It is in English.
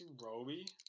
Roby